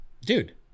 Dude